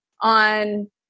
on